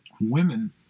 women